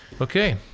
Okay